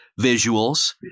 visuals